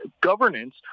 governance